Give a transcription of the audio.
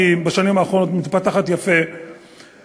כי בשנים האחרונות היא מתפתחת יפה,